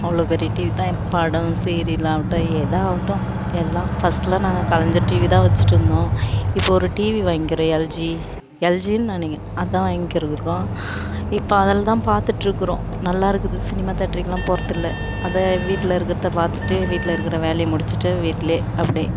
அவ்வளோ பெரிய டிவி தான் ஏன் படம் சிரியலாகட்டும் எதாகட்டும் எல்லாம் ஃபர்ஸ்ட்டுலாம் நாங்கள் கலைஞர் டிவி தான் வெச்சுட்டுருந்தோம் இப்போ ஒரு டிவி வாங்கிருக்கிறோம் எல்ஜி எல்ஜினு நினைக்கிறேன் அதான் வாங்கியிருக்கோம் இப்போ அதில் தான் பாத்துட்டுருக்கிறோம் நல்லா இருக்குது சினிமா தேட்டருக்கெல்லாம் போகிறதில்ல அதான் வீட்டில் இருக்கிறத பார்த்துட்டு வீட்டில் இருக்கிற வேலையை முடிச்சுட்டு வீட்லேயே அப்படியே